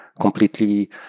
completely